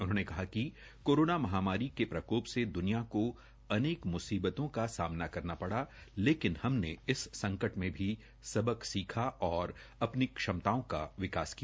उन्होंने कहा कि कोरोना महामारी के प्रको से दुनिया को अनेक मुसीबतों का सामना करना ड़ा लेकिन हमने इस संकट में भी सबक सीखा और अ नी क्षमताओं का विकास किया